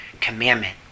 commandment